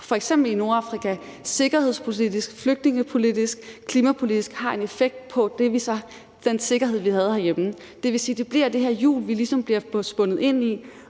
f.eks. i Nordafrika, altså at det sikkerhedspolitisk, flygtningepolitisk og klimapolitisk har en effekt på den sikkerhed, vi havde herhjemme. Det vil sige, at der bliver det her hjul, som vi ligesom bliver spundet ind i,